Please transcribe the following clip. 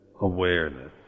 awareness